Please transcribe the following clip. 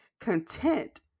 content